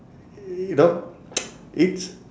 y~ you know it's